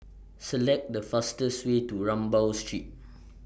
Select The fastest Way to Rambau Street